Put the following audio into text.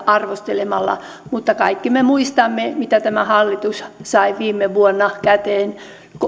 arvostelemalla mutta kaikki me muistamme mitä tämä hallitus sai viime vuonna käteen